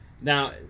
now